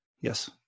Yes